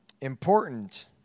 important